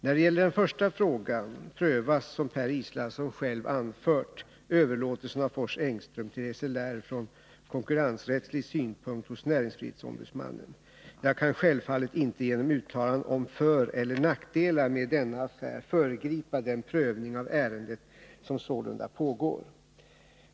När det gäller den första frågan prövas, som Per Israelsson själv anfört, överlåtelsen av Fors Engström till SLR från konkurrensrättslig synpunkt hos näringsfrihetsombudsmannen. Jag kan självfallet inte genom uttalanden om föreller nackdelar med denna affär föregripa den prövning av ärendet som sålunda pågår.